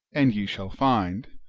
and ye shall find,